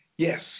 Yes